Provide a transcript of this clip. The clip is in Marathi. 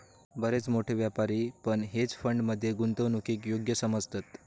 बरेच मोठे व्यापारी पण हेज फंड मध्ये गुंतवणूकीक योग्य समजतत